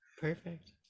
perfect